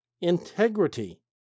integrity